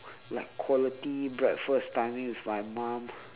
like quality breakfast timing with my mum